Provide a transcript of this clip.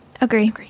Agree